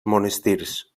monestirs